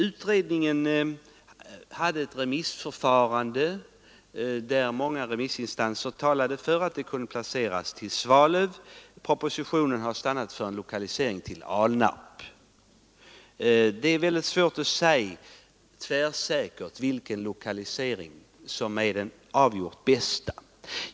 Utredningen hade ett remissförfarande, och många remissinstanser talade för att denna forskning kunde lokaliseras till Svalöv. Propositionen har stannat för en lokalisering till Alnarp. Det är väldigt svårt att säga tvärsäkert vilken lokalisering som är den avgjort bästa.